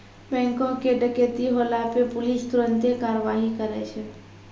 बैंको के डकैती होला पे पुलिस तुरन्ते कारवाही करै छै